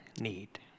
need